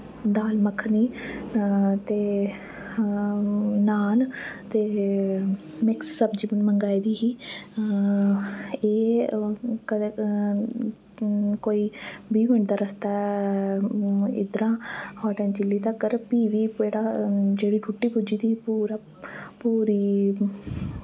दाल मक्खनी ते नान ते मिक्स सब्जी मंगाई दी ही एह् कदैं कोई बीह् मिन्ट दा रस्ता इद्दरा हाट ऐंड चिल्ली तक्कर फ्ही वी जेह्ड़ा जेह्ड़ी रुट्टी पुज्जी दी पूरा पूरी